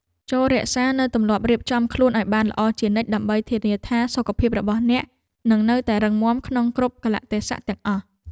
ចូររក្សានូវទម្លាប់រៀបចំខ្លួនឱ្យបានល្អជានិច្ចដើម្បីធានាថាសុខភាពរបស់អ្នកនឹងនៅតែរឹងមាំក្នុងគ្រប់កាលៈទេសៈទាំងអស់។